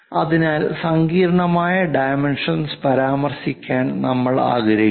അതിനാൽ സങ്കീർണ്ണമായ ഡൈമെൻഷൻസ് പരാമർശിക്കാൻ നമ്മൾ ആഗ്രഹിക്കുന്നു